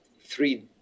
three